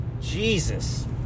Jesus